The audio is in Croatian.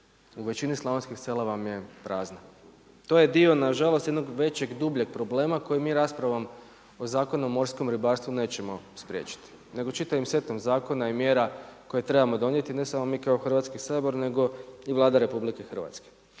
u većini slavonskih sela vam je prazna. To je dio nažalost jednog većeg, dubljeg problema koje mi raspravom o Zakonu o morskom ribarstvu nećemo spriječiti nego čitavim setom zakona i mjera koje trebamo donijeti ne samo mi kao Hrvatski sabor nego i Vlada RH.